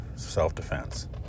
self-defense